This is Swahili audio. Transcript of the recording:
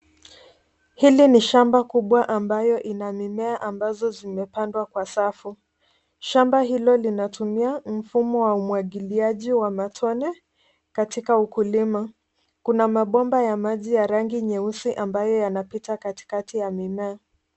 Hili ni shamba kubwa ambayo ina mimea ambazo zimepandwa kwa safu. Shamba hilo linatumia mfumo wa umwangiliaji wa matone katika ukulima. Kuna mabomba ya maji ya rangi nyeusi ambayo yanapita katikati ya mimea.